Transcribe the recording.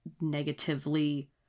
negatively